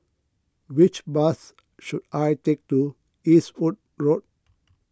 which bus should I take to Eastwood Road